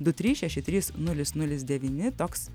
du trys šeši trys nulis nulis devyni toks